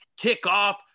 kickoff